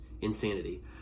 insanity